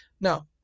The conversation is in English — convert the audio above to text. Now